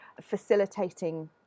facilitating